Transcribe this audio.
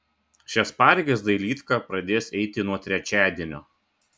šias pareigas dailydka pradės eiti nuo trečiadienio